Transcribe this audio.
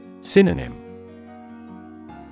Synonym